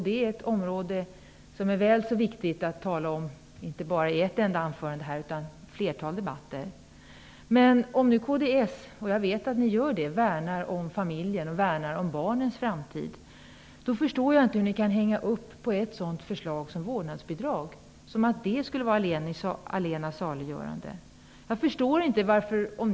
Det är ett område som är väl så viktigt att tala om, inte bara i den här debatten utan i flera debatter. Kds värnar om familjen och om barnens framtid. Därför förstår jag inte hur man kan hänga upp sig på vårdnadsbidraget, som om det skulle vara allena saliggörande.